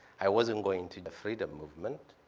i wasn't going to the freedom movement.